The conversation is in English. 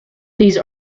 these